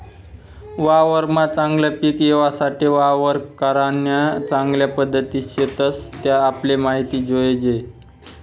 वावरमा चागलं पिक येवासाठे वावर करान्या चांगल्या पध्दती शेतस त्या आपले माहित जोयजे